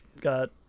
got